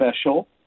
special